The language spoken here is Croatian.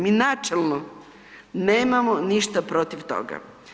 Mi načelno nemamo ništa protiv toga.